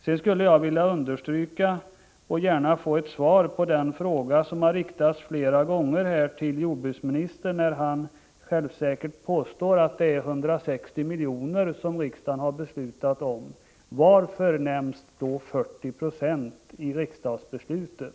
Jag skulle vilja upprepa, och gärna få ett svar på, den fråga som flera gånger har riktats till jordbruksministern när han självsäkert påstår att riksdagen har beslutat om 160 miljoner: Varför nämns då 40 96 i riksdagsbeslutet?